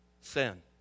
Sin